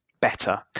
better